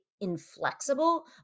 inflexible